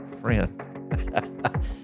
friend